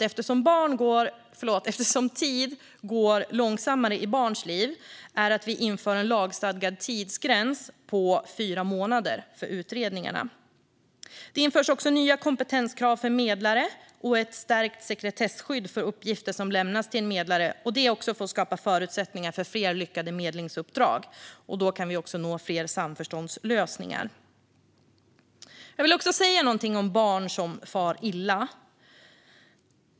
Eftersom tid går långsammare i barns liv är det en viktig sak att vi inför en lagstadgad tidsgräns på fyra månader för utredningarna. Det införs också nya kompetenskrav för medlare och ett stärkt sekretesskydd för uppgifter som lämnas till en medlare för att skapa förutsättningar för fler lyckade medlingsuppdrag. Så kan vi också nå fler samförståndslösningar. Jag vill också säga något om barn som far illa.